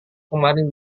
kemarin